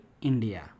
India